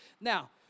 Now